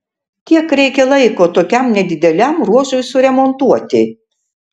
kiek reikia laiko tokiam nedideliam ruožui suremontuoti